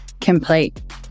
complete